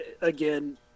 again